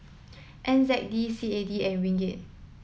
N Z D C A D and Ringgit